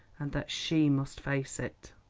and that she must face it.